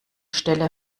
stelle